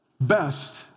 best